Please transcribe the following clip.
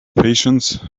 patience